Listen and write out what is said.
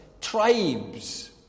tribes